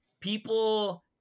People